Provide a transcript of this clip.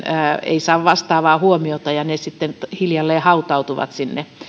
ei saa vastaavaa huomiota ja ne sitten hiljalleen hautautuvat sinne